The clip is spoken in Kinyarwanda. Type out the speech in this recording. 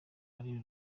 ari